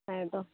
ᱦᱮᱸ ᱫᱚᱦ